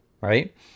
right